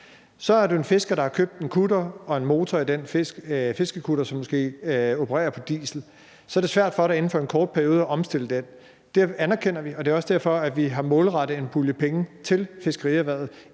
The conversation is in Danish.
der være en fisker, der har købt en kutter og har en motor i den fiskekutter, som måske opererer på diesel. Så er det svært for vedkommende inden for en kort periode at omstille den. Det anerkender vi, og det er også derfor, at vi har målrettet en pulje penge til fiskerierhvervet,